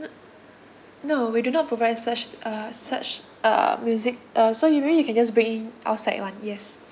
uh no we do not provide such uh such uh music uh so you maybe you can just bring in outside [one] yes